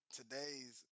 Today's